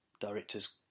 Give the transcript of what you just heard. directors